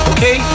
Okay